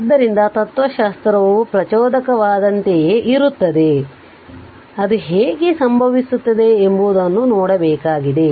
ಆದ್ದರಿಂದ ತತ್ವಶಾಸ್ತ್ರವು ಪ್ರಚೋದಕವಾದಂತೆಯೇ ಇರುತ್ತದೆ ಆದ್ದರಿಂದ ಅದು ಹೇಗೆ ಸಂಭವಿಸುತ್ತದೆ ಎಂಬುದನ್ನು ನೋಡಬೇಕಾಗಿದೆ